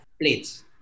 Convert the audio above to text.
plates